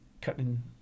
cutting